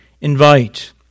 invite